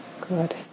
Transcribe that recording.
Good